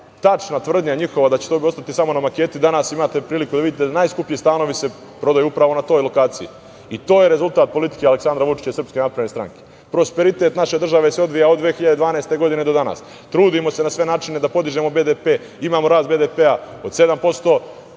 tačna njihova tvrdnja da će to ostati samo na maketi, jer danas imate priliku da vidite da se najskuplji stanovi prodaju upravo na toj lokaciji. To je rezultat politike Aleksandra Vučića i SNS.Prosperitet naše države se odvija od 2012. godine do danas. Trudimo se na sve načine da podižemo BDP. Imamo rast BDP-a od 7%.